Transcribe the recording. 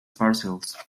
parcels